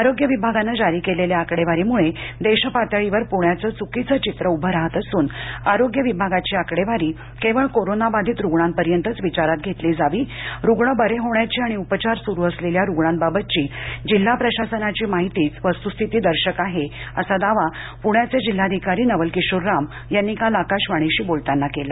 आरोग्य विभागानं जारी केलेल्या आकडेवारी मुळे देशपातळीवर प्ण्याचं चुकीचं चित्र उभं राहात असून आरोग्य विभागाची आकडेवारी केवळ कोरोना बाधित रुग्णापर्यंतच विचारात घेतली जावी रुग्ण बरे होण्याची आणि उपचार सुरु असलेल्या रुग्णांबाबतची जिल्हा प्रशासनाची माहितीच वस्तूस्थिती दर्शक आहे असा दावा पुण्याचे जिल्हाधिकारी नवल किशोर राम यांनी काल आकाशवाणीशी बोलताना केला